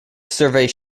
surveys